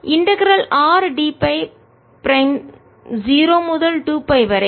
integral ஒருங்கிணைத்துR d Φ prime 0 முதல் 2 pi வரை